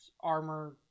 armor